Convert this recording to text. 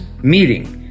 meeting